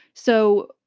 so,